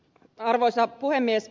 arvoisa puhemies